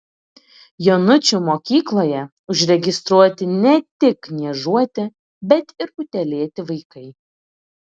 jonučių mokykloje užregistruoti ne tik niežuoti bet ir utėlėti vaikai